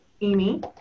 Amy